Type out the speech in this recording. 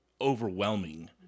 overwhelming